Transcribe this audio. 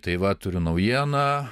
tai va turiu naujieną